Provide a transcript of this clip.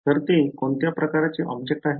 तर ते कोणत्या प्रकारचे ऑब्जेक्ट आहे